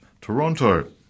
Toronto